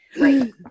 right